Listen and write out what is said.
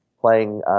playing